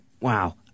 Wow